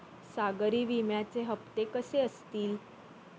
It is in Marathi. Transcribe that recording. सागरी विम्याचे हप्ते कसे असतील?